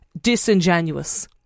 disingenuous